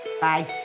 Bye